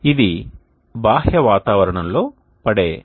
ఇది బాహ్య వాతావరణంలో పడే ఇన్సిడెంట్ ఇన్సోలేషన్